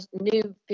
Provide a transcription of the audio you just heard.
new